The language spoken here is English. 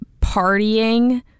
partying